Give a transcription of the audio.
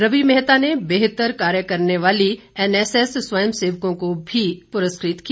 रवि मेहता ने बेहतर कार्य करने वाली एनएसएस स्वयं सेवकों को भी प्रस्कृत किया